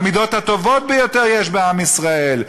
המידות הטובות ביותר יש בעם ישראל,